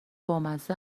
بامزه